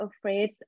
afraid